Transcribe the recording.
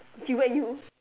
he whack you